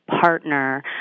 partner